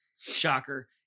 Shocker